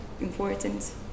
important